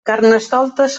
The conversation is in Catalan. carnestoltes